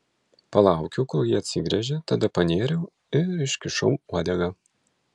palaukiau kol ji atsigręžė tada panėriau ir iškišau uodegą